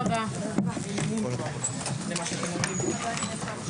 הישיבה ננעלה בשעה 14:22.